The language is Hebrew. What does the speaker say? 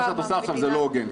מה שאת עושה עכשיו זה לא הוגן.